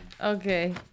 Okay